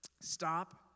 Stop